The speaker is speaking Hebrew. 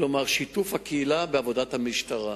כלומר, שיתוף הקהילה בעבודת המשטרה.